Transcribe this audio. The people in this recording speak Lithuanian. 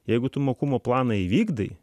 jeigu tu mokumo planą įvykdai